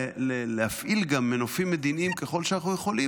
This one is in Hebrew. להפעיל גם מנופים מדיניים ככל שאנחנו יכולים,